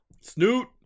Snoot